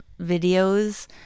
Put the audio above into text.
videos